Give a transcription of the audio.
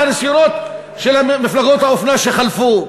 מהניסיונות של מפלגות האופנה שחלפו.